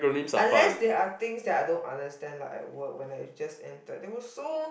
unless they are things that I don't understand like at work when I just entered they were so